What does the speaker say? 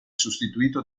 sostituito